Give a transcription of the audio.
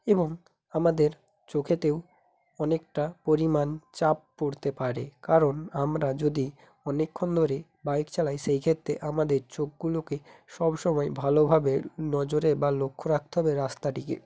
এবং আমাদের চোখেতেও অনেকটা পরিমাণ চাপ পড়তে পারে কারণ আমরা যদি অনেকক্ষণ ধরে বাইক চালাই সেইক্ষেত্রে আমাদের চোখগুলোকে সব সময় ভালোভাবে নজরে বা লক্ষ্য রাখতে হবে রাস্তাটিকে